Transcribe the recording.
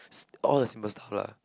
all the simple stuff lah